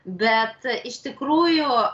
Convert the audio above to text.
bet iš tikrųjų